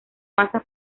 masa